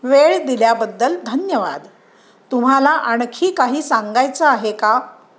वेळ दिल्याबद्दल धन्यवाद तुम्हाला आणखी काही सांगायचं आहे का